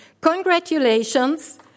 Congratulations